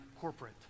corporate